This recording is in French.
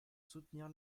soutenir